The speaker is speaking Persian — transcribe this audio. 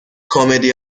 کمدی